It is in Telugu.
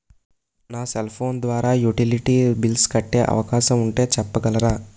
నా సెల్ ఫోన్ ద్వారా యుటిలిటీ బిల్ల్స్ కట్టే అవకాశం ఉంటే చెప్పగలరా?